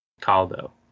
caldo